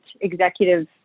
executive